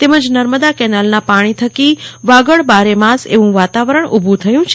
તેમજ નર્મદા કેનાલના પાણી થકી ેવાગડ બારે માસ એવું વાતાવરણ ઊભું થયું છે